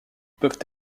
peuvent